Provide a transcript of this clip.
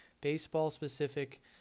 baseball-specific